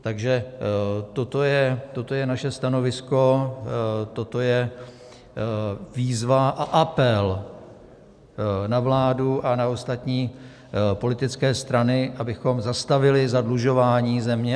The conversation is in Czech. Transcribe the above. Takže toto je naše stanovisko, toto je výzva a apel na vládu a na ostatní politické strany, abychom zastavili zadlužování země.